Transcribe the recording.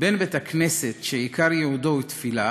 בין בית-הכנסת שעיקר ייעודו הוא תפילה